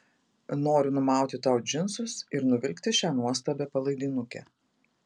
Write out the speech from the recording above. noriu numauti tau džinsus ir nuvilkti šią nuostabią palaidinukę